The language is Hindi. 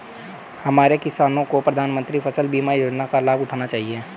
हमारे किसानों को प्रधानमंत्री फसल बीमा योजना का लाभ उठाना चाहिए